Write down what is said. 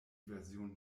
version